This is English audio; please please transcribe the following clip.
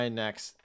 next